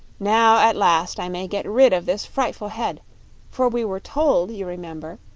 now, at last, i may get rid of this frightful head for we were told, you remember,